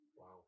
Wow